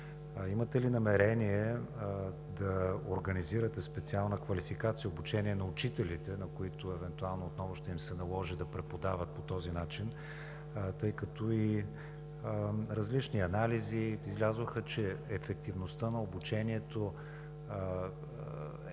имате ли намерение да организирате специална квалификация, обучение на учителите, на които евентуално отново ще им се наложи да преподават по този начин? Тъй като излязоха и различни анализи, че ефективността на обучението е